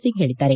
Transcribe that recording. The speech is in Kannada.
ಸಿಂಗ್ ಹೇಳಿದ್ದಾರೆ